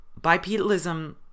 bipedalism